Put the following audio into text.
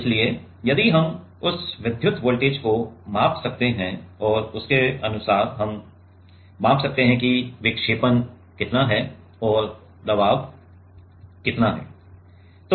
इसलिए यदि हम उस विद्युत वोल्टेज को माप सकते हैं और उसके अनुसार हम माप सकते हैं कि विक्षेपण कितना है और दबाव कितना है